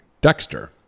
Dexter